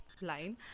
line